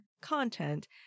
content